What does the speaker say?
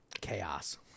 chaos